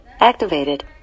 activated